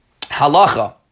halacha